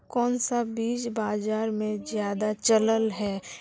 कोन सा बीज बाजार में ज्यादा चलल है?